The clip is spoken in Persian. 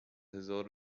هزار